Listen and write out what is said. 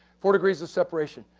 four degrees of separation.